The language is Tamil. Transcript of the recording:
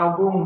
ஆகும்